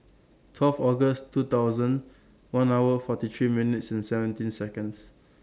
twelve August two thousand one hour forty three minutes and seventeen Seconds